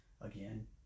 Again